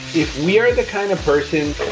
if we are the kind of person,